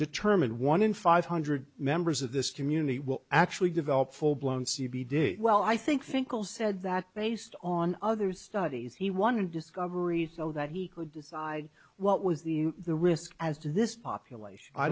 determined one in five hundred members of this community will actually develop full blown c v did well i think think will said that based on other studies he won discoveries so that he could decide what was the the risk as to this population i